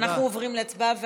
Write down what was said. אנחנו עוברים להצבעה,